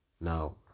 Now